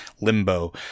limbo